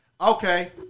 Okay